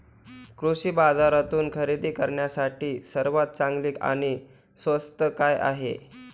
कृषी बाजारातून खरेदी करण्यासाठी सर्वात चांगले आणि स्वस्त काय आहे?